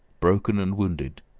broken and wounded,